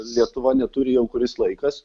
lietuva neturi jau kuris laikas